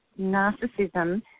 narcissism